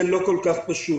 זה לא כל כך פשוט.